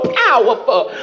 powerful